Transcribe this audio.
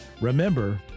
remember